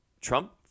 Trump